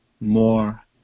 more